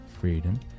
freedom